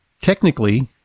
technically